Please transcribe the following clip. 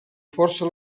força